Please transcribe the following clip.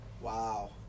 Wow